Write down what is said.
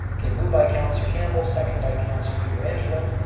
okay move by councilor campbell, second by councilor pietrangelo.